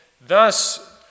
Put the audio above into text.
thus